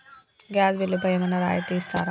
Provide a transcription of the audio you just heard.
Gas బిల్లుపై ఏమైనా రాయితీ ఇస్తారా?